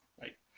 right